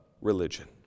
religion